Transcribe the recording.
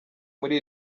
muri